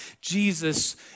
Jesus